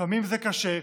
לפעמים זה קשה,